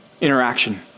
interaction